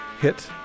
hit